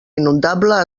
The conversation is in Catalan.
inundable